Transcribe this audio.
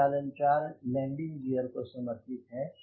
प्रचालन 4 landing gear को समर्पित है